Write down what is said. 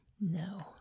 No